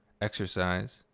exercise